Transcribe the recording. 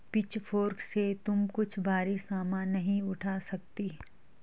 pitchfork से तुम कुछ भारी सामान नहीं उठा सकती